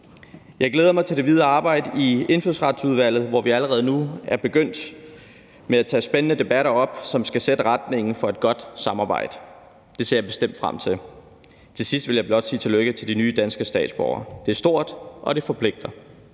Jeg glæder mig til det videre arbejde i Indfødsretsudvalget, hvor vi allerede nu er begyndt at tage spændende debatter op, som skal sætte retningen for et godt samarbejde. Det ser jeg bestemt frem til. Til sidst vil jeg blot sige tillykke til de nye danske statsborgere. Det er stort, og det forpligter.